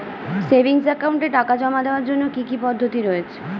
Savings একাউন্টে টাকা জমা দেওয়ার জন্য কি কি পদ্ধতি রয়েছে?